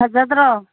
ꯐꯖꯗ꯭ꯔꯣ